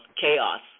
chaos